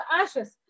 ashes